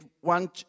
one